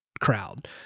crowd